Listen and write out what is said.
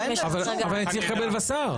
אבל אני צריך לקבל וס"ר.